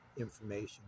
information